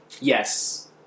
Yes